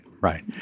right